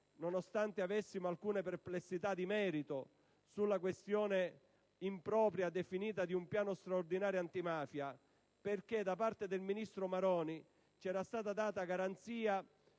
nonostante avessimo alcune perplessità di merito, su una questione impropriamente definita Piano straordinario antimafia perché da parte del ministro Maroni ci era stata data garanzia